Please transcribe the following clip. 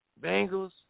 Bengals